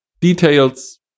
details